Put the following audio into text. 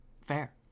Fair